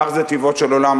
כך טבעו של עולם,